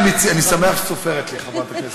אני שמח שאת סופרת לי, חברת הכנסת